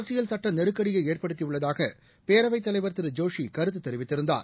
அரசியல் சுட்டநெருக்கடியைஏற்படுத்தியுள்ளதாகபேரவைத் தலைவர் ஜோஷிகருத்துதெரிவித்திருந்தார்